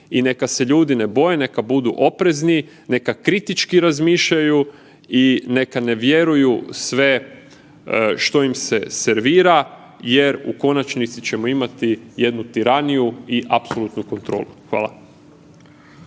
i neka se ljudi ne boje, neka budu oprezni, neka kritički razmišljaju i neka ne vjeruju sve što im se servira jer u konačnici ćemo imati jednu tiraniju i apsolutnu kontrolu. Hvala.